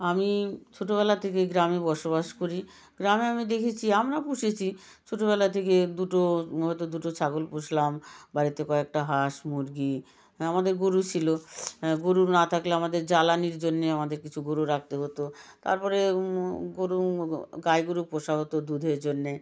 আমি ছোটবেলা থেকেই গ্রামে বসবাস করি গ্রামে আমি দেখেছি আমরা পুষেছি ছোটবেলা থেকে দুটো হয়তো দুটো ছাগল পুষলাম বাড়িতে কয়েকটা হাঁস মুরগি আমাদের গরু ছিল গরু না থাকলে আমাদের জ্বালানির জন্যে আমাদের কিছু গরু রাখতে হতো তারপরে গরু গাই গরু পোষা হতো দুধের জন্য